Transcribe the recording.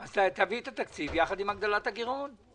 אז תביא את התקציב יחד עם הגדלת הגירעון.